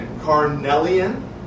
carnelian